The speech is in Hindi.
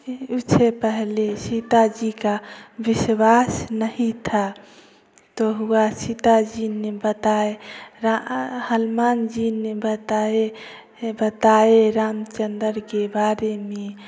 इससे पहले सीता जी का विश्वास नहीं था तो हुआ सीता जी ने बताए हनुमान जी ने बताए बताए रामचंद्र के बारे में